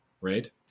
right